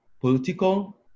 political